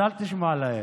אז אל תשמע להם.